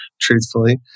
Truthfully